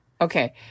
Okay